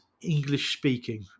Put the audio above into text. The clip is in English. English-speaking